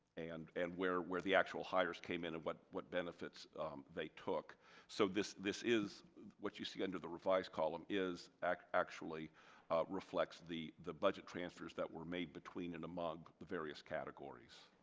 and and where where the actual hires came in and what what benefits they took so this this is what you see under the revised column is actually reflects the the budget transfers that were made between and among the various categories.